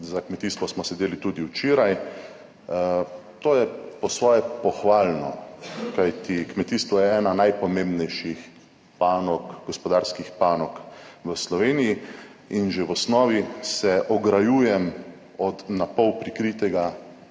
za kmetijstvo smo sedeli tudi včeraj. To je po svoje pohvalno, kajti kmetijstvo je ena najpomembnejših panog, gospodarskih panog v Sloveniji in že v osnovi se ograjujem od na pol prikritega